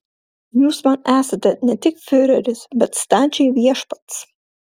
jūs man esate ne tik fiureris bet stačiai viešpats